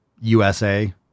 USA